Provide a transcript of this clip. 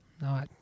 No